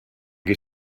qui